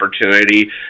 opportunity